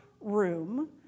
room